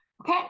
Okay